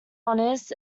honours